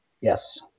Yes